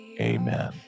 Amen